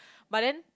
but then